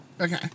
Okay